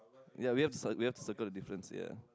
ya we have cir~ we have circle the difference ya